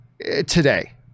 today